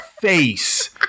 face